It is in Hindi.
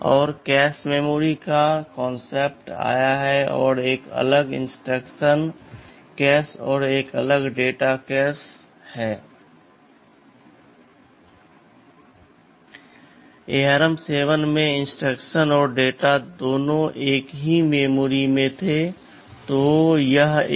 और कैशे मैमोरी का कांसेप्ट आया है और एक अलग इंस्ट्रक्शन कैशे और एक अलग डेटा कैशे है